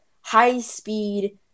high-speed